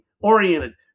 Oriented